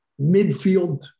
midfield